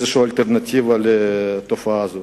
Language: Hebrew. שום אלטרנטיבה לתופעה הזאת.